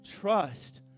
trust